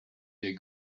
der